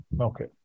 okay